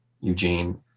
Eugene